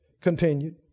continued